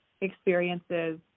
experiences